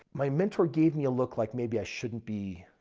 my mentor gave me a look like maybe i shouldn't be